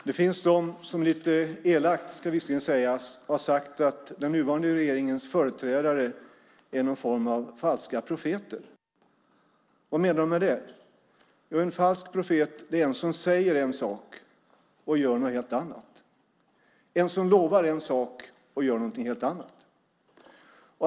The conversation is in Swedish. Herr talman! Det finns de som, visserligen lite elakt, har sagt att den nuvarande regeringens företrädare är någon form av falska profeter. Vad menar de med det? Jo, en falsk profet är någon som säger en sak och gör något helt annat, någon som lovar en sak och gör någonting helt annat.